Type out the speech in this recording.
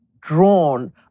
drawn